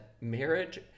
marriage